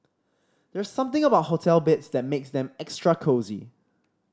there's something about hotel beds that makes them extra cosy